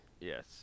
Yes